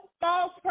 False